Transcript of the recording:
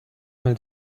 mal